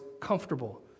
comfortable